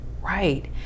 Right